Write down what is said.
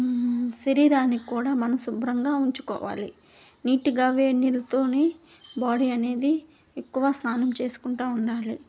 శరీరాన్ని కూడా మనం శుభ్రంగా ఉంచుకోవాలి నీట్గా వేడి నీళ్లతోని బాడీ అనేది ఎక్కువ స్నానం చేసుకుంటూ ఉండాలి